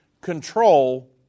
control